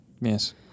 Yes